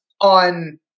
on